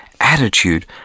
attitude